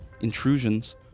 intrusions